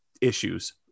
issues